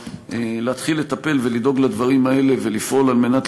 ולהתחיל לטפל ולדאוג לדברים האלה ולפעול על מנת